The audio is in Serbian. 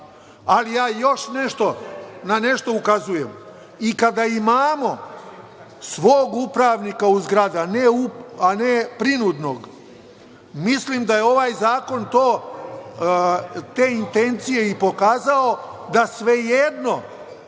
na još nešto. Kada imamo svog upravnika u zgradi, a ne prinudnog, mislim da je ovaj zakon te intencije i pokazao da svejedno